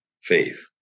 faith